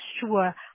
sure